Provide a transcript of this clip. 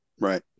right